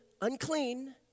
unclean